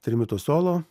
trimito solo